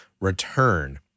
return